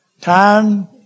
time